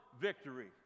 victory